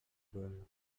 bonnes